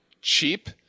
cheap